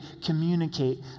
communicate